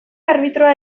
arbitroa